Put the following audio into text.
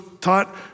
taught